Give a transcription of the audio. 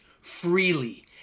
freely